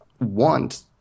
want